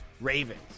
Ravens